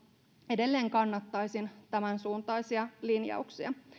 edelleen kannattaisin tämänsuuntaisia linjauksia